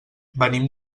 venim